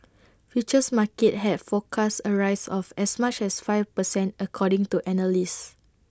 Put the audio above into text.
futures markets have forecast A rise of as much as five per cent according to analysts